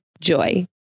Joy